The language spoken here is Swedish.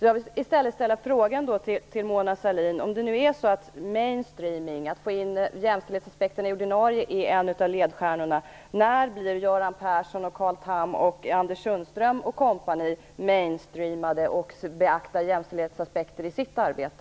Jag vill i stället ställa frågan till Mona Sahlin: Om det nu är så att main streaming, att få in jämställdhetsaspekten i det ordinarie, är en av ledstjärnorna, när blir Göran Persson, Carl Tham, Anders Sundström och kompani "mainstreamade" och börjar beakta jämställdhetsaspekter i sitt arbete?